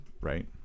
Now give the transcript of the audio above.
right